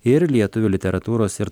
ir lietuvių literatūros ir